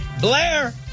Blair